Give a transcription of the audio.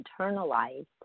internalized